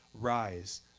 Rise